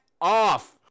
off